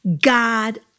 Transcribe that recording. God